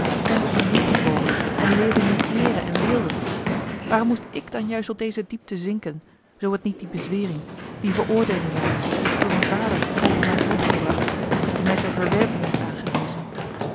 zijn tot hun doel gekomen en leven in eere en weelde waarom moest ik dan juist tot deze diepte zinken zoo het niet die bezwering die veroordeeling ware door een vader over mijn hoofd gebracht die mij ter verwerping heeft aangewezen